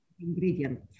ingredient